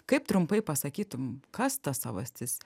kaip trumpai pasakytum kas ta savastis